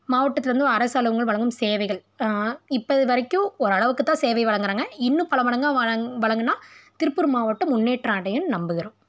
மாவட்டத்துலேர்ந்து அரசு அலுவலகங்கள் வழங்கும் சேவைகள் இப்போ வரைக்கும் ஓரளவுக்குத் தான் சேவை வழங்குகிறாங்க இன்னும் பலமடங்காக வழங்கினா திருப்பூர் மாவட்டம் முன்னேற்றம் அடையும்னு நம்புகிறோம்